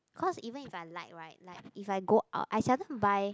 cause even if I like right like if I go out I seldom buy